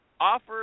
Offer